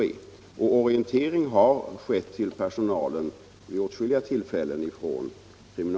Personalen har av kriminalvårdsstyrelsen orienterats om läget vid åtskilliga tillfällen.